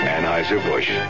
Anheuser-Busch